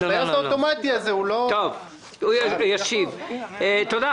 אז הטייס האוטומטי הזה צריך לחשוב עליו.